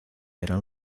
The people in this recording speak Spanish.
eran